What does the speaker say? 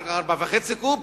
אחר כך 4.5 קוב,